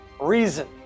reason